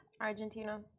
Argentina